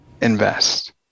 invest